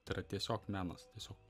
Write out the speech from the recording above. tai yra tiesiog menas tiesiog